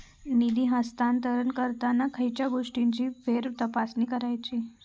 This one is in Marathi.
निधी हस्तांतरण करताना खयच्या गोष्टींची फेरतपासणी करायची?